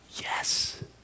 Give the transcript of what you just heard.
yes